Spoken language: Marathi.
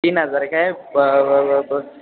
तीन हजार आहे काय बर बर बर बर